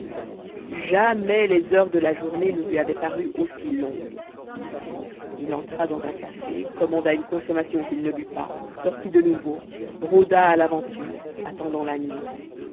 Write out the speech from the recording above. jamais les heures de la journée ne lui avaient paru aussi longues il entra dans un café commanda une consommation qu'il ne but pas sortit de nouveau rôda à l'aventure attendant la nuit